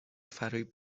فریب